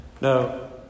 No